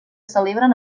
celebren